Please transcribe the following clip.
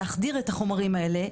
להחדיר את החומרים האלה,